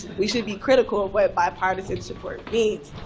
we should be critical of what bipartisan support means.